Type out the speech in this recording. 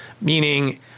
meaning